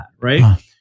right